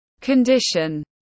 condition